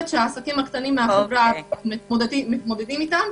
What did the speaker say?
שהעסקים הקטנים בחברה הערבית מתמודדים אתם.